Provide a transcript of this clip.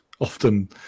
often